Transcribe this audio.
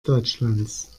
deutschlands